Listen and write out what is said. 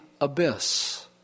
abyss